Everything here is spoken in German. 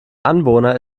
anwohner